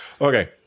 Okay